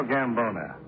Gambona